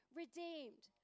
redeemed